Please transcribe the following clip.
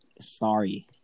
sorry